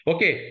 Okay